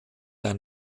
ein